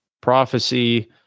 prophecy